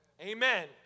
Amen